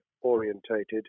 orientated